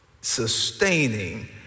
sustaining